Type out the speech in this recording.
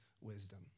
wisdom